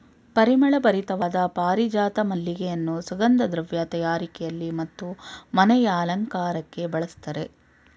ಪರಿಮಳ ಭರಿತವಾದ ಪಾರಿಜಾತ ಮಲ್ಲಿಗೆಯನ್ನು ಸುಗಂಧ ದ್ರವ್ಯ ತಯಾರಿಕೆಯಲ್ಲಿ ಮತ್ತು ಮನೆಯ ಅಲಂಕಾರಕ್ಕೆ ಬಳಸ್ತರೆ